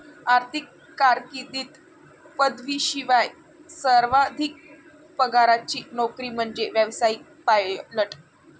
आर्थिक कारकीर्दीत पदवीशिवाय सर्वाधिक पगाराची नोकरी म्हणजे व्यावसायिक पायलट